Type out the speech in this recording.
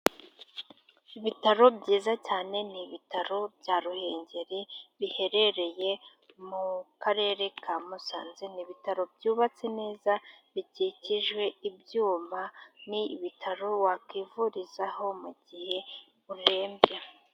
Ibitaro byiza cyane ni ibitaro bya Ruhengeri biherereye mu karere ka Musanze ni ibitaro byubatse neza bikikijwe ibyuma ni ibitaro wa kivurizaho mu gihe urembye.